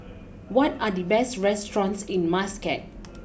what are the best restaurants in Muscat